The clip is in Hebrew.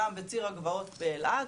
גם בציר הגבעות באלעד,